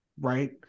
right